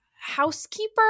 housekeeper